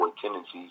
tendencies